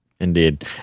Indeed